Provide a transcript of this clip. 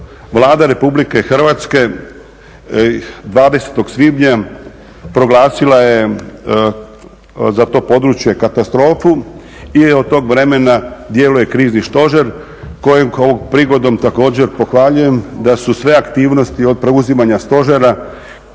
Vlada RH 20. svibnja proglasila je za to područje katastrofu i od tog vremena djeluje krizni stožer kojeg ovom prigodom također pohvaljujem, da su sve aktivnosti od preuzimanja stožera